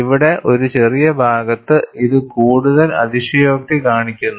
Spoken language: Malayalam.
ഇവിടെ ഒരു ചെറിയ ഭാഗത്ത് ഇത് കൂടുതൽ അതിശയോക്തി കാണിക്കുന്നു